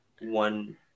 one